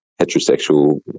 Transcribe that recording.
heterosexual